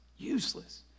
Useless